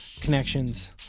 connections